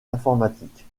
informatique